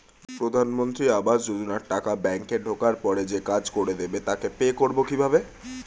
প্রধানমন্ত্রী আবাস যোজনার টাকা ব্যাংকে ঢোকার পরে যে কাজ করে দেবে তাকে পে করব কিভাবে?